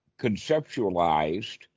conceptualized